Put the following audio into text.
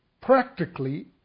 practically